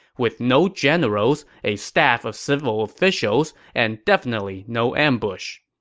with no generals, a staff of civil officials, and definitely no ambush.